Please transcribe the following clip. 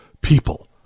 people